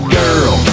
girl